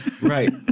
Right